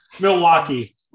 Milwaukee